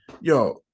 yo